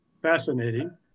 fascinating